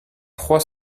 trois